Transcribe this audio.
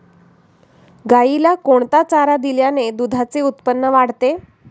गाईला कोणता चारा दिल्याने दुधाचे उत्पन्न वाढते?